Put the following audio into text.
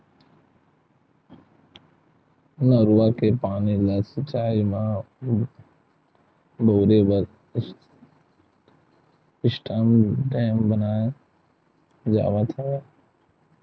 नरूवा के पानी ल सिचई म बउरे बर स्टॉप डेम बनाए जावत हवय